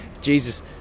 Jesus